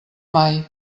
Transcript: mai